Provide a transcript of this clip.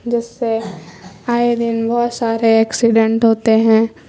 جس سے آئے دن بہت سارے ایکسیڈینٹ ہوتے ہیں